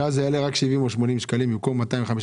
שאז זה יעלה רק 70 או 80 שקלים במקום 250,